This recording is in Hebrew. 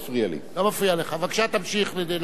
בבקשה, תמשיך לעשות מה שאתה רוצה.